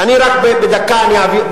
אני רק בחצי דקה אני אעביר.